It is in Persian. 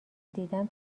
دیدم